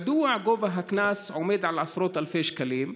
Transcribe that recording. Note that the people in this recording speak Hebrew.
1. מדוע גובה הקנס עומד על עשרות אלפי שקלים?